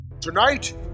Tonight